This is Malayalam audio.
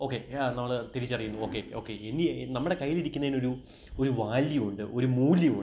ഓക്കെ യ നമ്മള് തിരിച്ചറിയുന്നു ഓക്കെ ഓക്കെ ഇനി നമ്മുടെ കയ്യിലിരിക്കുന്നതിനൊരു ഒരു വാല്യൂവുണ്ട് ഒരു മൂല്യമുണ്ട്